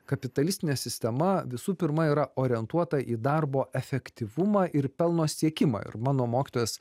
kapitalistinė sistema visų pirma yra orientuota į darbo efektyvumą ir pelno siekimą ir mano mokytojas